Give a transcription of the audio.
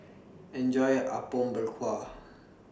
Enjoy your Apom Berkuah